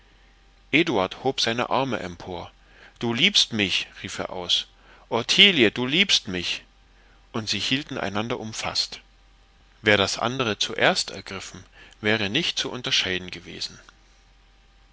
hob seine arme empor du liebst mich rief er aus ottilie du liebst mich und sie hielten einander umfaßt wer das andere zuerst ergriffen wäre nicht zu unterscheiden gewesen